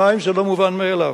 מים זה לא מובן מאליו,